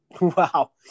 Wow